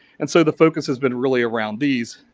and so, the focus has been really around these.